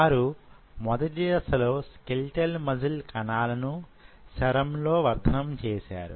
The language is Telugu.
వారు మొదటి దశలోని స్కెలిటల్ మజిల్ కణాలను సెరమ్ లో వర్ధనం చేస్తారు